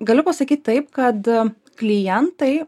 galiu pasakyt taip kad klientai